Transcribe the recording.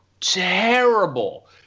terrible